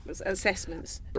assessments